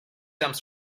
some